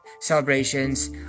celebrations